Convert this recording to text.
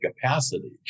capacity